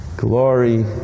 glory